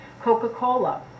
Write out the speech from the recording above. Coca-Cola